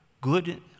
good